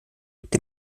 der